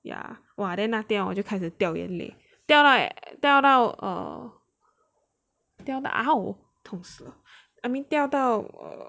ya !wah! then 那天 hor 就开始掉眼泪掉到掉到 err 掉到 !ow! 痛死 I mean 掉到